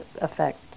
affect